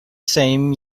same